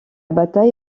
bataille